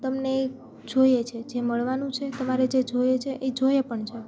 તમને એ જોઈએ છે જે મળવાનું છે તમારે જે જોઈએ છે એ જોઈએ પણ છે